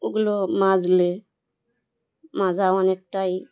ওগুলো মাজলে মাজাও অনেকটাই